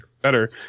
better